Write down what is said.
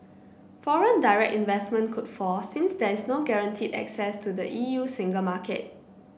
foreign direct investment could fall since there is no guaranteed access to the E U single market